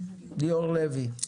ליאור לוי.